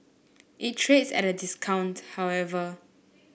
it trades at a discount however